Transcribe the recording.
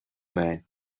man